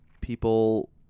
people